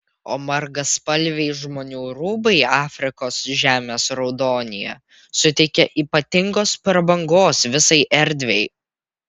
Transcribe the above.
o margaspalviai žmonių rūbai afrikos žemės raudonyje suteikia ypatingos prabangos visai erdvei